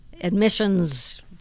admissions